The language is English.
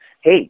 hey